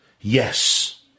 yes